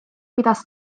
pidas